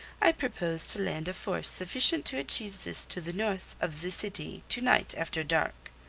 i propose to land a force sufficient to achieve this to the north of the city to-night after dark.